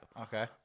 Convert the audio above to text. Okay